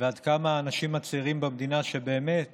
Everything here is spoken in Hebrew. ועד כמה האנשים הצעירים במדינה, שבאמת